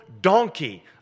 donkey